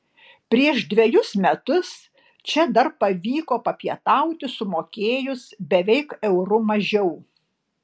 prieš dvejus metus čia dar pavyko papietauti sumokėjus beveik euru mažiau